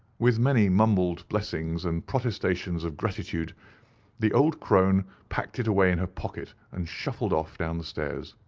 with many mumbled blessings and protestations of gratitude the old crone packed it away in her pocket, and shuffled off down the stairs.